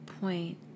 point